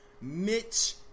Mitch